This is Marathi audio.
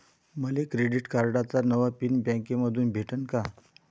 मले क्रेडिट कार्डाचा नवा पिन बँकेमंधून भेटन का?